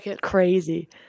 Crazy